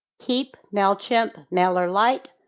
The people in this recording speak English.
keap, mailchimp, mailerlite,